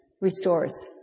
Restores